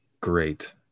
great